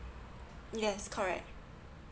yes correct